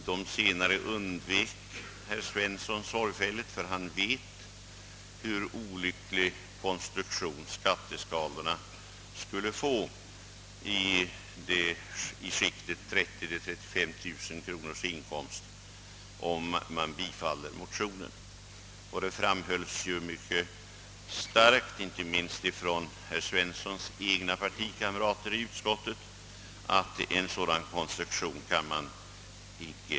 De senare undvek herr Svensson sorgfälligt, eftersom han vet vilken olycklig konstruktion skatteskalorna då skulle få i inkomstskiktet mellan 30000 och 35 000 kronor. I utskottet framhölls också mycket starkt, inte minst från herr Svenssons egna partikamrater, att en sådan konstruktion blir orimlig.